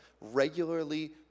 regularly